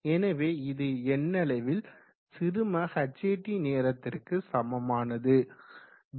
எனவே இது எண்ணளவில் சிறும Hat நேரத்திற்கு சமமானது